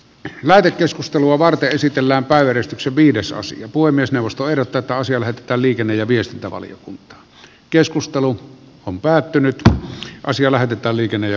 lähetekeskustelua varten esitellään pääjäristyksen viidesosa puhemiesneuvosto erotetaan siellä tai liikenne ja viestintävaliokunta keskustelu on aina raiskaus